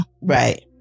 Right